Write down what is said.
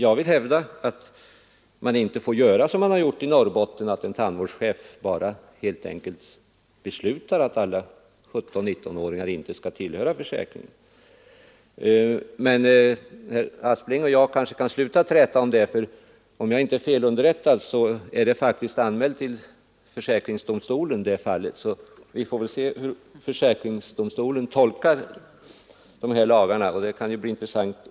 Jag vill hävda att man inte får göra som man har gjort i Norrbotten, där en tandvårdschef helt enkelt har beslutat att 17—19-åringar inte skall tillhöra försäkringen. Men herr Aspling och jag kanske kan sluta att träta om det, för om jag inte är fel underrättad är det fallet anmält till försäkringsdomstolen, så vi får väl se hur den tolkar lagarna; det kan ju bli intressant.